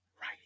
right